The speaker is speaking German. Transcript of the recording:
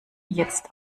jetzt